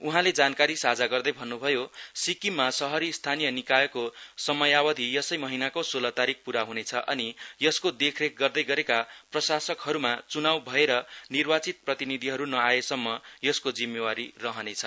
उहाँले जानकारी साझा गर्दै भन्नुभयो सिक्किममा शहरी स्थानीय निकायको समयावधि सबै महिनाको सोल तारिक पूरा हुनेछ अनि यसको देखरेख गर्दै गरेका प्रशासकहरुमा चुनाउ भएर निर्वाचित प्रतिनिधिहरु नआएसम्म यसको जिम्मेवारी रहनेछ